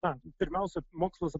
na pirmiausia mokslas